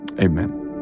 Amen